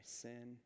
sin